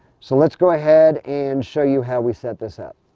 so let's go ahead and show you how we set this up.